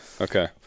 Okay